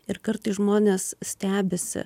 ir kartais žmonės stebisi